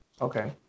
Okay